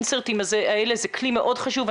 האינסרטים האלה הם כלי מאוד חשוב.